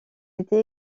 était